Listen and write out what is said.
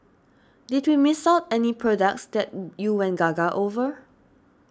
did we miss out any products that you went gaga over